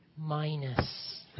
minus